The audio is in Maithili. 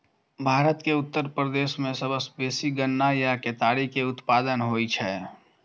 भारत के उत्तर प्रदेश मे सबसं बेसी गन्ना या केतारी के उत्पादन होइ छै